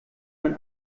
man